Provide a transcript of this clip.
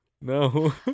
no